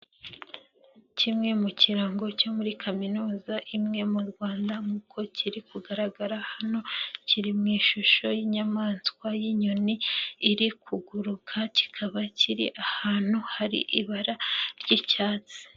Kimwe mu kirango cyo muri kaminuza imwe mu Rwanda nkuko kiri kugaragara hano, kiri mu ishusho y'inyamaswa y'inyoni iri kuguruka, kikaba kiri ahantu hari ibara ry'icyatsi.